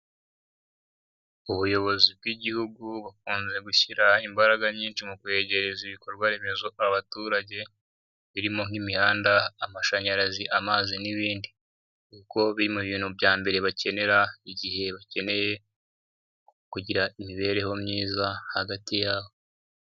Ubuyobozi bw'Igihugu bukunze gushyira imbaraga nyinshi mu kwegereza ibikorwa remezo abaturage, birimo nk'imihanda, amashanyarazi, amazi n'ibindi kuko biri mu bintu bya mbere bakenera igihe bakeneye kugira imibereho myiza hagati yabo.